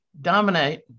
dominate